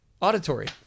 Auditory